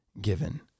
given